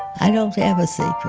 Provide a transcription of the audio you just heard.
i don't have a secret.